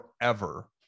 forever